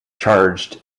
charged